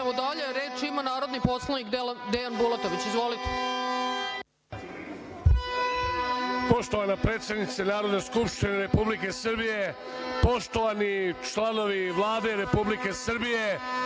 dalje. Reč ima narodni poslanik Dejan Bulatović. Izvolite. **Dejan Bulatović** Poštovana predsednice Narodne skupštine Republike Srbije, poštovani članovi Vlade Republike Srbije,